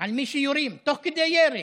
על מי שיורים, תוך כדי ירי,